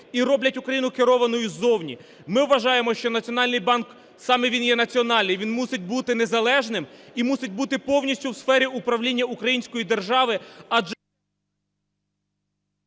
і роблять Україну керованою ззовні. Ми вважаємо, що Національний банк саме він є національний, він мусить бути незалежним і мусить бути повністю у сфері управління української держави, адже…